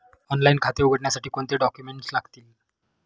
Online खाते उघडण्यासाठी कोणते डॉक्युमेंट्स लागतील?